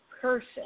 person